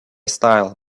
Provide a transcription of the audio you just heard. style